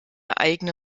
eigene